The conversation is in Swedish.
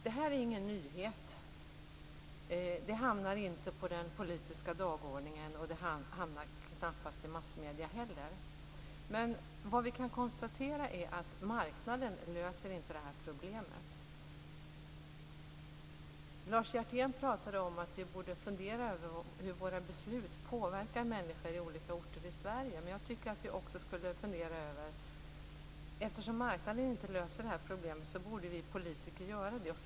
Det här är ingen nyhet. Det hamnar inte på den politiska dagordningen, och det hamnar knappast heller i massmedierna. Vad vi kan konstatera är att marknaden inte löser det här problemet. Lars Hjertén pratade om att vi borde fundera över hur våra beslut påverkar människor i olika orter i Sverige. Jag tycker att vi också skulle fundera över hur vi politiker skall kunna lösa det här problemet, när nu inte marknaden gör det.